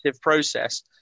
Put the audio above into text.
process